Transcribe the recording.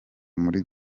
muri